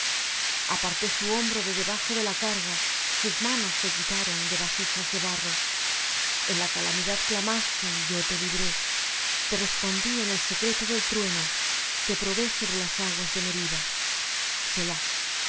aparté su hombro de debajo de la carga sus manos se quitaron de vasijas de barro en la calamidad clamaste y yo te libré te respondí en el secreto del trueno te probé sobre las aguas de meriba